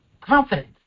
confidence